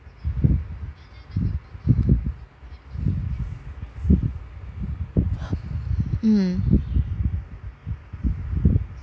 mm